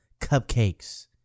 cupcakes